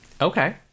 Okay